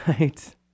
right